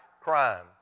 crime